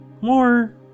more